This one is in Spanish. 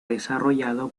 desarrollado